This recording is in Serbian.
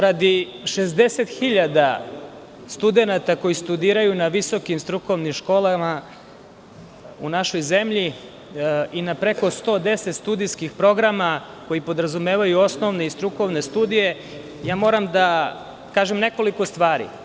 Radi 60 hiljada studenata koji studiraju na visokim strukovnim školama u našoj zemlji i na preko 110 studijskih programa koji podrazumevaju osnovne i strukovne studije, moram da kažem nekoliko stvari.